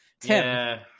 Tim